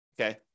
Okay